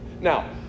Now